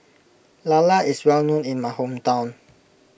Lala is well known in my hometown